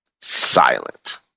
silent